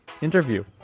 interview